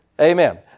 Amen